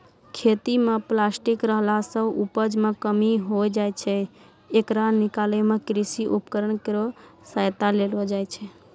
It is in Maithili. खेत म प्लास्टिक रहला सें उपज मे कमी होय जाय छै, येकरा निकालै मे कृषि उपकरण केरो सहायता लेलो जाय छै